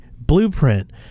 blueprint